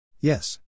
Yes